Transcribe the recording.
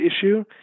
issue